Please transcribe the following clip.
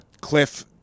Cliff